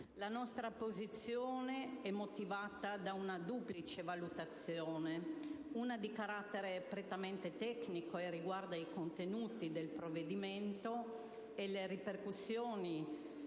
La nostra posizione è motivata da una duplice valutazione: una di carattere prettamente tecnico e riguarda i contenuti del provvedimento e le ripercussioni